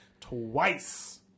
twice